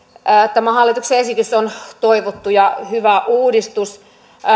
tämä hallituksen esitys on toivottu ja hyvä uudistus